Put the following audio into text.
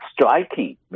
striking